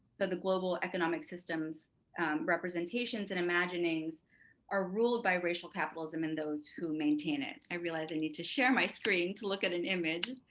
that the global economic systems representations and imaginings are ruled by racial capitalism and those who maintain it. i realized i need to share my screen to look at an image.